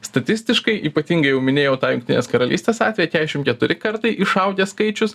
statistiškai ypatingai jau minėjau tą jungtinės karalystės atvejį kesšim keturi kartai išaugęs skaičius